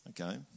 okay